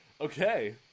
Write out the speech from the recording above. okay